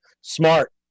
Smart